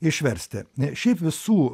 išversti n šiaip visų